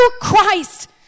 Christ